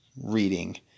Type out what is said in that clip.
reading